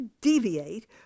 deviate